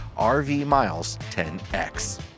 RVMILES10X